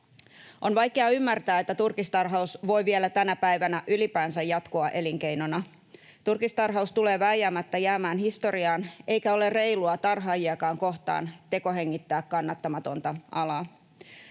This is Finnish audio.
On vaikea ymmärtää, että turkistarhaus voi vielä tänä päivänä ylipäänsä jatkua elinkeinona. Turkistarhaus tulee vääjäämättä jäämään historiaan, eikä ole reilua tarhaajiakaan kohtaan tekohengittää kannattamatonta alaa.